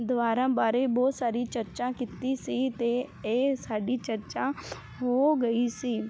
ਦੁਆਰਾ ਬਾਰੇ ਬਹੁਤ ਸਾਰੀ ਚਰਚਾ ਕੀਤੀ ਸੀ ਤੇ ਇਹ ਸਾਡੀ ਚਰਚਾ ਹੋ ਗਈ ਸੀ